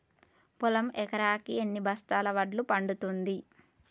పొలం ఎకరాకి ఎన్ని బస్తాల వడ్లు పండుతుంది?